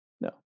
No